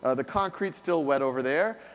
ah the concrete's still wet over there,